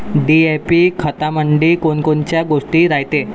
DAP खतामंदी कोनकोनच्या गोष्टी रायते?